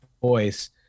voice